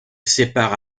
sépare